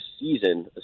season